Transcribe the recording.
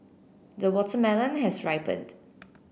the watermelon has ripened